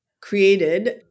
created